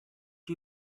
you